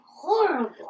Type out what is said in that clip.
horrible